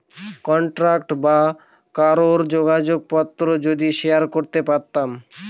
contact বা কারোর যোগাযোগ পত্র যদি শেয়ার করতে পারতাম